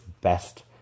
best